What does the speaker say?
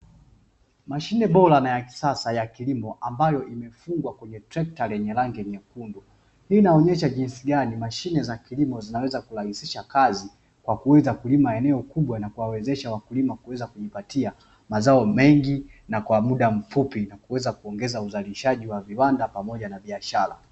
Mashine bora na ya kisasa ya kilimo ambayo imefungwa kwenye trekta lenye rangi nyekundu. Hii inaonyesha jinsi gani mashine za kilimo zinaweza kurahisisha kazi kwa kuweza kulima eneo kubwa na kuwawezesha wakulima kuweza kujipatia mazao mengi na kwa muda mfupi, na kuweza kuongeza uzalishaji wa viwanda pamoja na biashara.